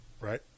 right